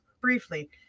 briefly